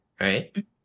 right